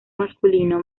masculino